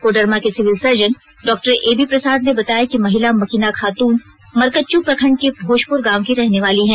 कोडरमा के civil surgeon डॉ A B Prasad ने बताया कि महिला मकिना खातून मरकच्चो प्रखंड के भोजपुर गांव की रहने वाली है